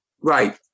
Right